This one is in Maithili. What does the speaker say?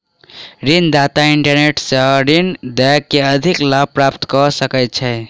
ऋण दाता इंटरनेट सॅ ऋण दय के अधिक लाभ प्राप्त कय सकै छै